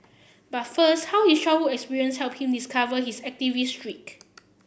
but first how his childhood experiences helped him discover his activist streak